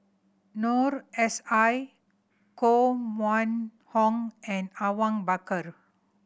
Noor S I Koh Mun Hong and Awang Bakar